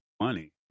money